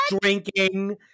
drinking